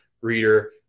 reader